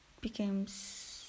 becomes